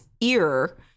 ear